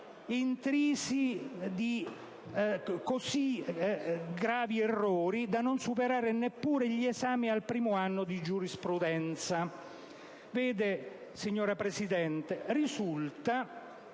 intrisi di così gravi errori da non superare neppure gli esami al primo anno di giurisprudenza. Vede, signora Presidente, risulta